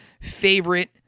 Favorite